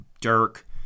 Dirk